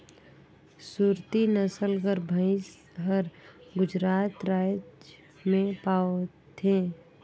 सुरती नसल कर भंइस हर गुजरात राएज में पवाथे